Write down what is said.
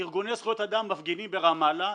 ארגוני זכויות אדם מפגינים ברמאללה,